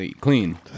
clean